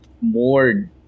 more